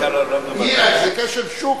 זה כשל שוק,